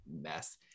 mess